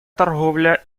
торговля